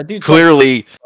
Clearly